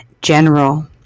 general